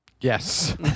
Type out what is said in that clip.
Yes